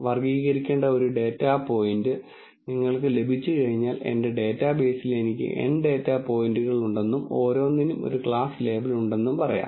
വർഗ്ഗീകരിക്കേണ്ട ഒരു data point നിങ്ങൾക്ക് ലഭിച്ചുകഴിഞ്ഞാൽ എന്റെ ഡാറ്റാബേസിൽ എനിക്ക് N ഡാറ്റാ പോയിന്റുകളുണ്ടെന്നും ഓരോന്നിനും ഒരു ക്ലാസ് ലേബൽ ഉണ്ടെന്നും പറയാം